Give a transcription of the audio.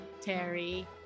Terry